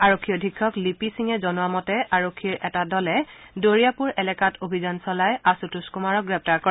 আৰক্ষী অধীক্ষক লিপি সিঙে জনোৱা মতে আৰক্ষীৰ এটা দলে দৰিয়াপুৰ এলেকাত অভিযান চলাই আশুতোষ কুমাৰক গ্ৰেপ্তাৰ কৰে